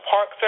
Park